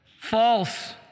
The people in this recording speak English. False